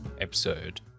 episode